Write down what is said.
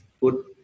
put